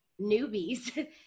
newbies